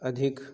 अधिक